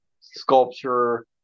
sculpture